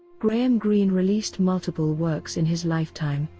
graham greene released multiple works in his lifetime,